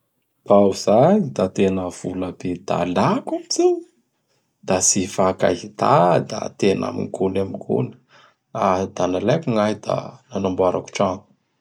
Tao zay da tena vola be da lako an zao o!Da tsy ifakahita da tena am gony am gony. Da nalaiko gnahy da nanamboarako tragno.